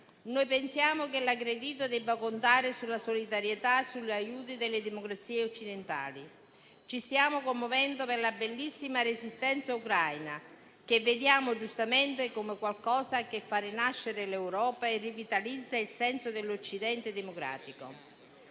Noi pensiamo che l'aggredito debba contare sulla solidarietà e sugli aiuti delle democrazie occidentali. Ci stiamo commuovendo per la bellissima resistenza ucraina, che vediamo giustamente come qualcosa che fa rinascere l'Europa e rivitalizza il senso dell'Occidente democratico.